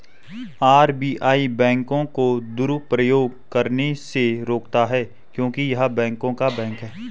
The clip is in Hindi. आर.बी.आई बैंकों को दुरुपयोग करने से रोकता हैं क्योंकि य़ह बैंकों का बैंक हैं